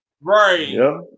right